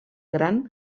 gran